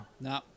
No